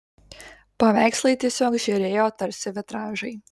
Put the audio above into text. paveikslai tiesiog žėrėjo tarsi vitražai